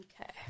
Okay